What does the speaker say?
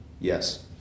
yes